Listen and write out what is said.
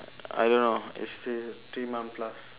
I don't know it's still three month plus